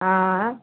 आँय